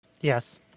Yes